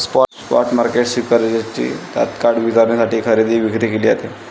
spot market सिक्युरिटीजची तत्काळ वितरणासाठी खरेदी विक्री केली जाते